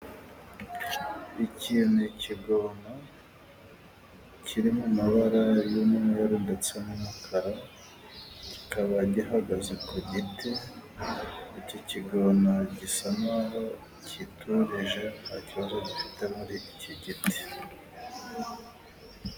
Iki ni igikona. Kiri mu mabara y'umweru ndetse n'umukara, kikaba gihagaze ku giti, iki gikona gisa n'aho kiturije, nta kibazo gifite muri iki giti.